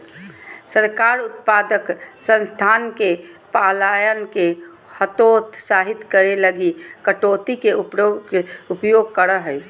सरकार उत्पादक संसाधन के पलायन के हतोत्साहित करे लगी कटौती के उपयोग करा हइ